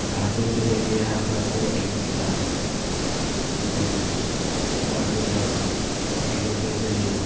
अस चलदे रेह् फ्ही असें अपना पूरा ट्रिप्प कीता कन्नै बाण गंगा फिर उप्परै ई चले